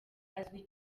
azwi